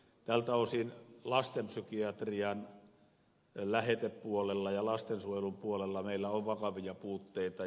tältä osin lastenpsykiatrian lähetepuolella ja lastensuojelun puolella meillä on vakavia puutteita